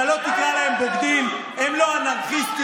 אתה לא תקרא להם "בוגדים"; הם לא אנרכיסטים,